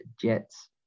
Jets